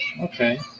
Okay